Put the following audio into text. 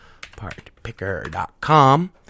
Partpicker.com